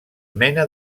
mena